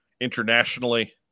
internationally